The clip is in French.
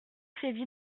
sévi